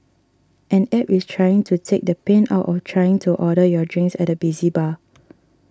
an App is trying to take the pain out of trying to order your drinks at a busy bar